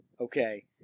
okay